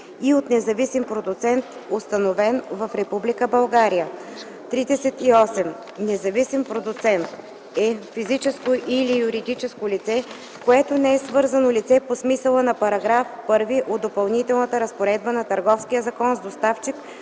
и от независим продуцент, установен в Република България. 38. „Независим продуцент” е физическо или юридическо лице, което не е свързано лице по смисъла на § 1 от Допълнителната разпоредба на